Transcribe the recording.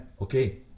okay